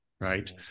right